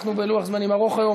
אנחנו בלוח זמנים ארוך היום,